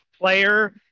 player